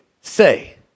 say